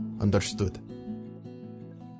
Understood